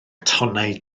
tonnau